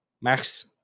Max